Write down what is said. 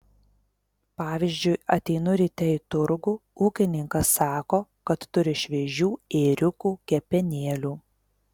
pavyzdžiui ateinu ryte į turgų ūkininkas sako kad turi šviežių ėriukų kepenėlių